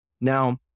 Now